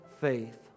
faith